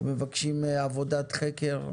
ומבקשים עבודת חקר יסודית.